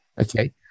Okay